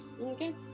Okay